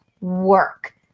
work